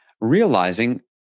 realizing